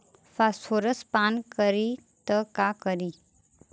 Phosphorus पान करी त का करी?